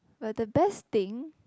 well the best thing